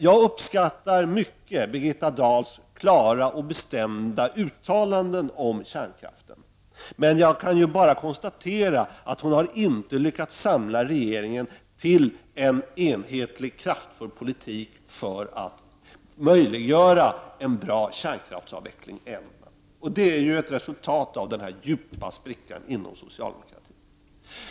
Jag uppskattar mycket Birgitta Dahls klara och bestämda uttalanden om kärnkraften. Men jag kan bara konstatera att hon inte har lyckats samla regeringen till en enhetlig och kraftfull politik för att möjliggöra en bra kärn kraftsavveckling. Det är ju ett resultat av denna djupa spricka inom socialdemokratin.